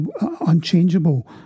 unchangeable